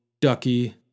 Ducky